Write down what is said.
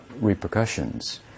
repercussions